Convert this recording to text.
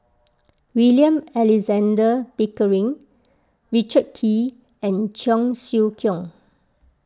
William Alexander Pickering Richard Kee and Cheong Siew Keong